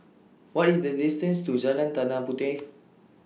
What IS The distance to Jalan Tanah Puteh